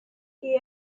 key